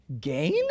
gain